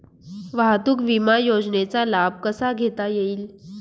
वाहतूक विमा योजनेचा लाभ कसा घेता येईल?